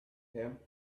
hemp